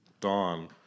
Dawn